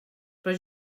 però